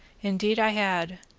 indeed i had,